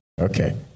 Okay